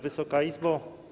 Wysoka Izbo!